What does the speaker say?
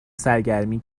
سرگرمی